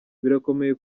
birakomeye